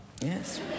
Yes